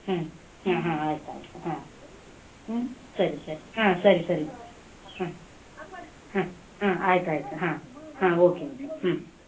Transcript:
ಹ್ಞೂ ಹಾಂ ಹಾಂ ಆಯ್ತು ಆಯ್ತು ಹಾಂ ಹ್ಞೂ ಸರಿ ಸರಿ ಹಾಂ ಸರಿ ಸರಿ ಹಾಂ ಹಾಂ ಹಾಂ ಆಯ್ತು ಆಯ್ತು ಹಾಂ ಹಾಂ ಓಕೆ ಓಕೆ ಹ್ಞು